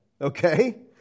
Okay